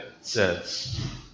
says